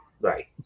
Right